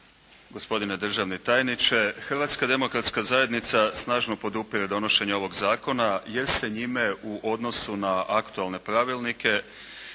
gospodine državni tajniče. Hrvatska demokratska zajednica snažno podupire donošenje ovog zakona, jer se njime u odnosu na aktualne pravilnike